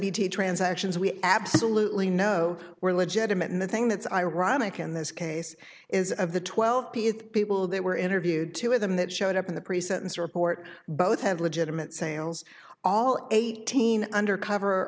transactions we absolutely know were legitimate and the thing that's ironic in this case is of the twelve be it people that were interviewed two of them that showed up in the pre sentence report both had legitimate sales all eighteen undercover